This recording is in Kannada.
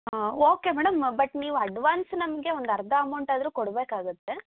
ಹಾಂ ಓಕೆ ಮೇಡಮ್ ಬಟ್ ನೀವು ಅಡ್ವಾನ್ಸ್ ನಮಗೆ ಒಂದು ಅರ್ಧ ಅಮೌಂಟ್ ಆದ್ರೂ ಕೊಡಬೇಕಾಗುತ್ತೆ